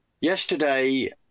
Yesterday